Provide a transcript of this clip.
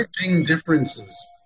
differences